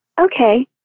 Okay